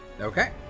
okay